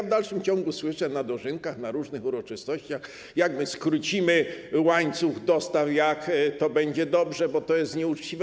W dalszym ciągu słyszę na dożynkach, na różnych uroczystościach: jak my skrócimy łańcuch dostaw, jak to będzie dobrze, bo to jest nieuczciwe.